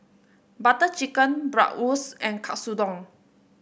Butter Chicken Bratwurst and Katsudon